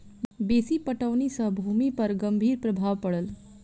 बेसी पटौनी सॅ भूमि पर गंभीर प्रभाव पड़ल